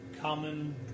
common